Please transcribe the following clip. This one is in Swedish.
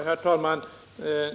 Herr talman!